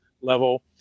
level